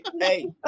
hey